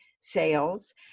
sales